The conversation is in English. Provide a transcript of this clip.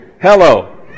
Hello